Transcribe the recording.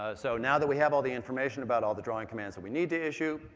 ah so now that we have all the information about all the drawing commands that we need to issue,